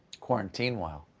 quarantine-while,